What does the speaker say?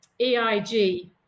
EIG